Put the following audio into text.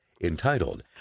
entitled